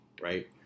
right